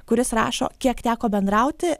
kuris rašo kiek teko bendrauti